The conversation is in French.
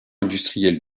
industrielle